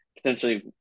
potentially